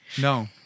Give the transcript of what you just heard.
No